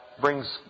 brings